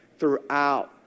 throughout